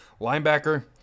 Linebacker